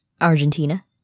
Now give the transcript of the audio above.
Argentina